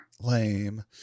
Lame